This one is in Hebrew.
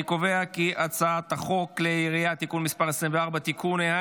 אני קובע כי הצעת חוק כלי הירייה (תיקון מס' 24) (תיקון),